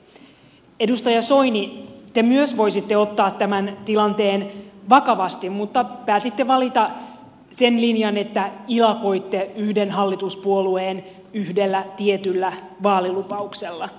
edustaja soini te myös voisitte ottaa tämän tilanteen vakavasti mutta päätitte valita sen linjan että ilakoitte yhden hallituspuolueen yhdellä tietyllä vaalilupauksella